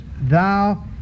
thou